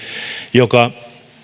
joka